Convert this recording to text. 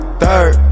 third